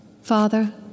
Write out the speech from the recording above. Father